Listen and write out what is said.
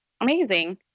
Amazing